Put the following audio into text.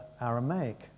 Aramaic